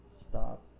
stop